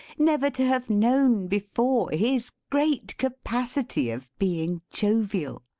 never to have known, before, his great capacity of being jovial!